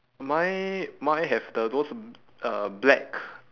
mine mine have the those uh black